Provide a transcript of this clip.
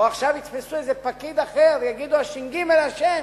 או עכשיו יתפסו פקיד אחר, ויגידו: הש"ג אשם.